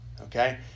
okay